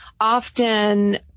often